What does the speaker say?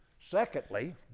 Secondly